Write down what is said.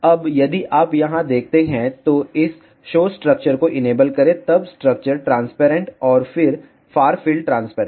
अब यदि आप यहां देखते हैं तो इस शो स्ट्रक्चर को इनेबल करें तब स्ट्रक्चर ट्रांसपेरेंट और फिर फार फील्ड ट्रांसपेरेंट